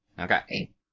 Okay